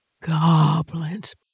goblins